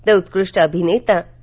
तर उत्कृष्ट अभिनेता के